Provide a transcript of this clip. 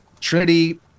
Trinity